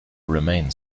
remain